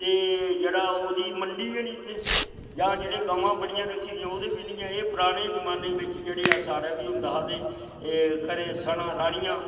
ते जेह्ड़ा ओह्दी मंडी गै नी इत्थें जां जिनें गवां बड़ियां रक्खी दियां ओह्दे बी नी ऐ एह् पराने जमाने बिच्च जेह्ड़े साढ़ै बी होंदा हा एह् घरें सनां राह्नियां